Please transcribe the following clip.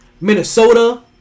Minnesota